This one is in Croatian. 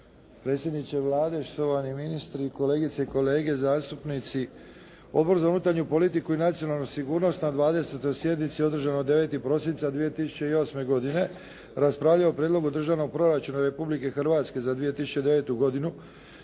predsjedniče Vlade, štovani ministri, kolegice i kolege zastupnici. Odbor za unutarnju politiku i nacionalnu sigurnost na 20. sjednici održanoj 9. prosinca 2008. godine, raspravljao je o programu Državnog proračuna Republike Hrvatske za 2009. godinu